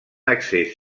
accés